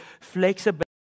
flexibility